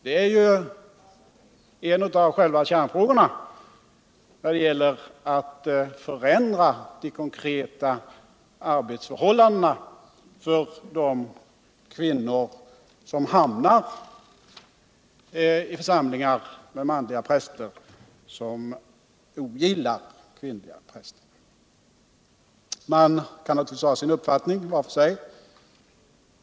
Det är en av kärnfrågorna när det gäller att förändra de konkreta arbetsförhållandena för de kvinnor som hamnar i församlingar med manliga präster som ogillar kvinnliga präster. Man kan naturligtvis ha sin uppfattning var för sig.